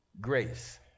Grace